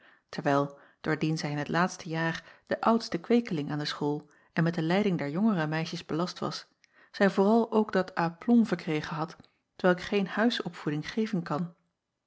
terwijl doordien zij in het laatste jaar de oudste kweekeling aan de school en met de leiding der jongere meisjes belast was zij vooral ook dat à plomb verkregen had t welk geen huisopvoeding geven kan